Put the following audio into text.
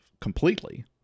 completely